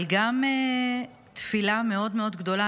אבל גם תפילה מאוד מאוד גדולה.